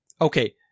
okay